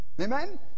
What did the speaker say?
amen